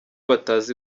batazi